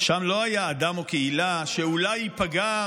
שם לא היו אדם או קהילה שאולי ייפגעו